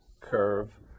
curve